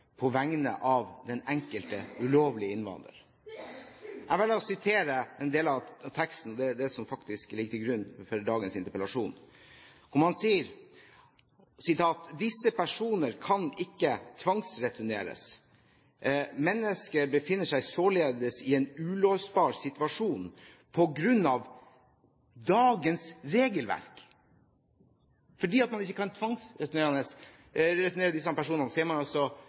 på vegne av den enkelte ulovlige innvandrer. Jeg velger å sitere en del av teksten som faktisk ligger til grunn for dagens interpellasjon, hvor han sier at disse personene ikke kan tvangsreturneres. Og: «Menneskene befinner seg således i en uløsbar situasjon på grunn av dagens regelverk.» Fordi man ikke kan tvangsreturnere disse personene, er de altså i en uløselig situasjon. Så overser man